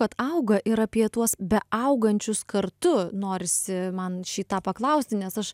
kad auga ir apie tuos be augančius kartu norisi man šį tą paklausti nes aš